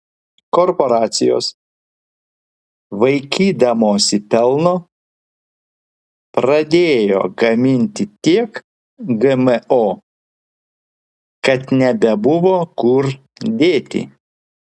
korporacijos vaikydamosi pelno pradėjo gaminti tiek gmo kad nebebuvo kur dėti